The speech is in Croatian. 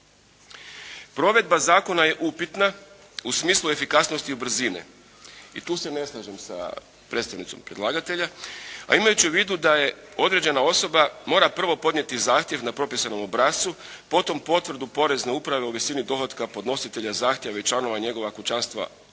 Provedba zakona je upitna u smislu efikasnosti i brzine i tu se ne slažem sa predstavnicom predlagatelja a imajući u vidu da određena osoba mora prvo podnijeti zahtjev na propisanom obrascu, potom potvrdu porezne uprave u visini dohotka podnositelja zahtjeva i članova njegova kućanstva o